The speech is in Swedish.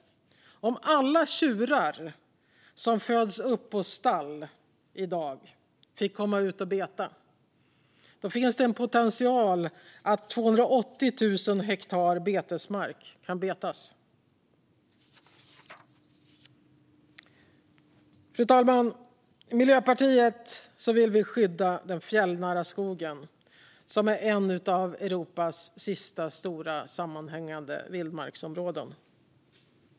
Om alla tjurar som i dag föds upp på stall fick komma ut och beta skulle det finnas en potential att 280 000 hektar betesmark kunde betas. Fru talman! Miljöpartiet vill skydda den fjällnära skogen som är ett av Europas sista stora sammanhängande vildmarksområden.